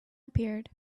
appeared